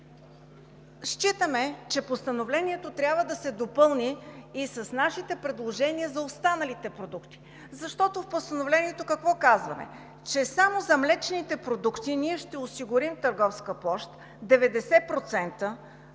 Считаме, че Постановлението трябва да се допълни и с нашите предложения за останалите продукти. Защото в Постановлението какво казваме? Че само за млечните продукти ние ще осигурим търговска площ 90%